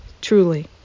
truly